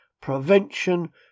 prevention